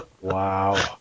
Wow